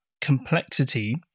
complexity